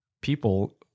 people